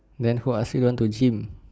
then who ask you want to gym